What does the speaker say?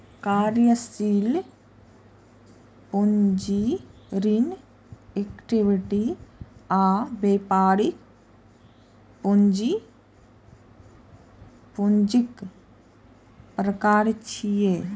कार्यशील पूंजी, ऋण, इक्विटी आ व्यापारिक पूंजी पूंजीक प्रकार छियै